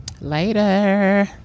Later